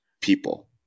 people